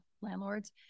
landlords